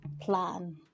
Plan